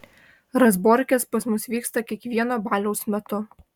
razborkės pas mus vyksta kiekvieno baliaus metu